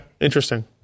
interesting